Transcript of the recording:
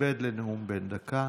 תתכבד לנאום בן דקה.